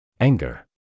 Anger